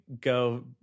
go